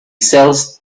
sells